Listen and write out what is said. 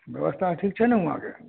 व्यवस्था ठीक छै ने हुआँ के